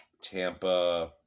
Tampa